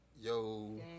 Yo